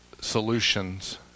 solutions